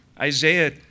Isaiah